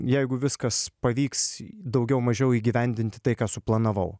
jeigu viskas pavyks daugiau mažiau įgyvendinti tai ką suplanavau